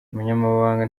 umunyamabanga